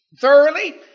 thoroughly